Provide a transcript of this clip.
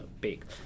big